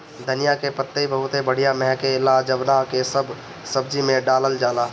धनिया के पतइ बहुते बढ़िया महके ला जवना के सब सब्जी में डालल जाला